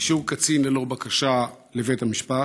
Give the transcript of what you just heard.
אישור קצין ללא בקשה לבית המשפט?